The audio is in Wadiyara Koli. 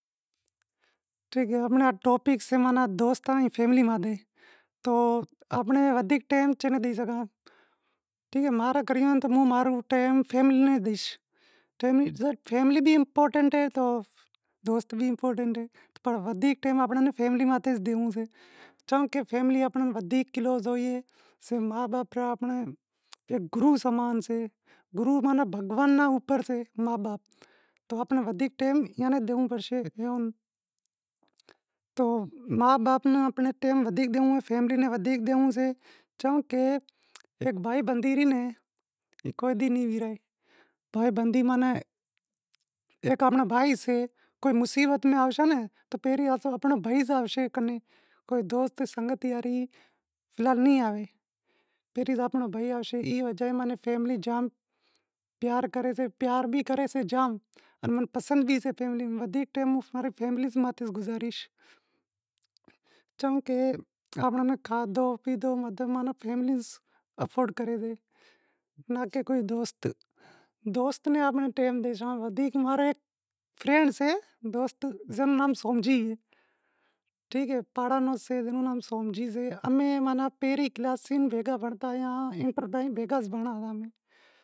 آنپڑو ٹاپک سے دوستاں آن فئملی ماتھے، تو آنپیں ودھیک ٹیم کے ناں ڈئی شگاں، موں تو ٹیم فئملی ناں ڈئیش، فئملی بھی امپارٹینٹ ایں تو دوست بھی امپارٹینٹ ایئں، پنڑ ودھیک ٹیم آپاں نیں فیملی ماتھے ڈینڑو سے، چمکہ فئملی آپاں نیں ودھیک کلوز ہوئیے، صرف ما باپ آنپڑا گرو سمان سے، گرو ماناں بھگوان ناں بھی اوپر سے، ما باپ، تو آپاں نیں ودھیک ٹیم ایئاں ناں دیونڑو پڑشے، تو ما باپ نیں آپاں ناں ودھیک ٹیم ڈینڑو ، فئملی ناں ودھیک ڈینڑو سے، چمکہ ایک بھائی بندی ری کدی ناں زڑے، بھائی بندی ماناں ہیک آنپڑو بھائی شے، کوئی مصیبت میں آشاں تو پہریں آنپڑو بھائی آوشے، دوست سنگتی فی الحال نیں آوے، پہریں تو آنپڑو بھائی آوشے، پیار بھی کری سے، پسند بھی سے، کھادو پیتو ماناں فئملی افورڈ کرے دوست نتھی کرتا، ماں رو دوست سے سومجی، امیں ماناں پہریں کلاس سیں انٹر تائیں بھیگا بھنڑتا آیا آں،